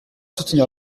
soutenir